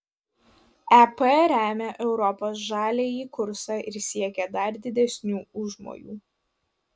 ep remia europos žaliąjį kursą ir siekia dar didesnių užmojų